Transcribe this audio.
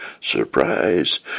surprise